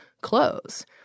clothes